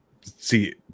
See